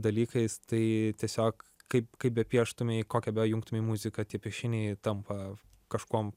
dalykais tai tiesiog kaip kaip be pieštumei kokią beįjungtumei muziką tie piešiniai jie tampa kažkokuom